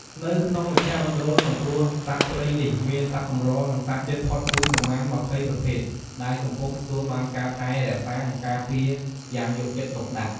នៅក្នុងមជ្ឈមណ្ឌលសង្គ្រោះសត្វព្រៃនេះ មានសត្វកម្រ និងសត្វជិតផុតពូជប្រមាណ ២០ ប្រភេទ ដែលកំពុងទទួលបានការថែរក្សា និងការពារយ៉ាងយកចិត្តទុកដាក់